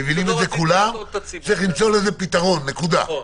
מבינים את זה כולם וצריך למצוא לזה פתרון, נקודה.